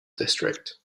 district